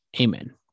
Amen